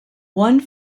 one